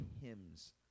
hymns